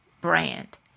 brand